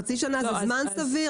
חצי שנה זה זמן סביר?